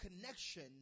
connection